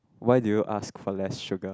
why do you ask for less sugar